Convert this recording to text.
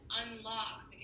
unlocks